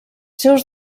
seus